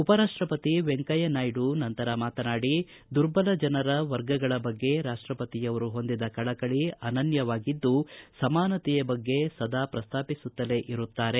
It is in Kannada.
ಉಪರಾಷ್ಟಪತಿ ವೆಂಕಯ್ಯ ನಾಯ್ದ ನಂತರ ಮಾತನಾಡಿ ದುರ್ಬಲ ಜನರ ವರ್ಗಗಳ ಬಗ್ಗೆ ರಾಷ್ಷಪತಿ ಅವರು ಹೊಂದಿದ ಕಳಕಳಿ ಅನನ್ಯವಾಗಿದ್ದು ಸಮಾನತೆಯ ಬಗ್ಗೆ ಸದಾ ಪ್ರಸ್ತಾಪಿಸುತ್ತಲೇ ಇರುತ್ತಾರೆ